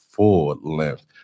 full-length